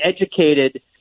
educated